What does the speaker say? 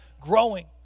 growing